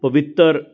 ਪਵਿੱਤਰ